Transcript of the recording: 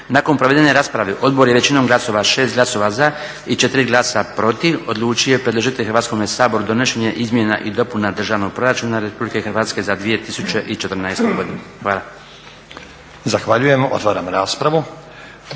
Nakon provedene rasprave odbor je većinom glasova, 6 glasova za i 4 glasa protiv, odlučio predložiti Hrvatskom saboru donošenje izmjena i dopuna Državnog proračuna Republike Hrvatske za 2014. godinu. Hvala. **Stazić, Nenad